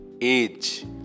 age